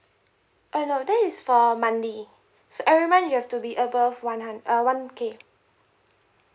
eh no that is for monthly so every month you have to be above one hun~ uh one K